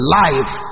life